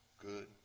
good